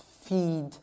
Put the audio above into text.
feed